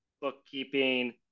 bookkeeping